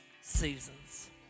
seasons